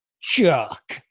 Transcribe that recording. Chuck